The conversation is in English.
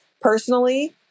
personally